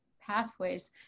pathways